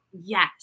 Yes